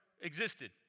existed